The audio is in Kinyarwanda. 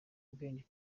ubwenge